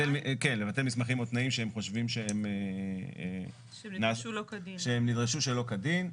לבטל מסמכים או תנאים שהם חושבים שהם נדרשו שלא כדין.